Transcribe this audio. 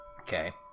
Okay